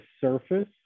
surface